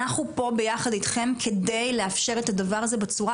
אנחנו פה ביחד איתכם כדי לאפשר את הדבר הזה בצורה